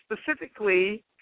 specifically